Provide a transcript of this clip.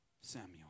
Samuel